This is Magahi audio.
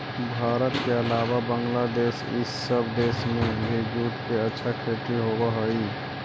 भारत के अलावा बंग्लादेश इ सब देश में भी जूट के अच्छा खेती होवऽ हई